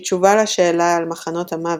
בתשובה לשאלה על מחנות המוות,